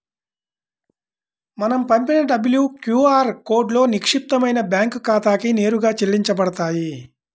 మనం పంపిన డబ్బులు క్యూ ఆర్ కోడ్లో నిక్షిప్తమైన బ్యేంకు ఖాతాకి నేరుగా చెల్లించబడతాయి